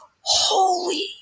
holy